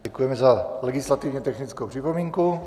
Děkujeme za legislativně technickou připomínku.